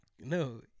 No